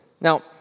Now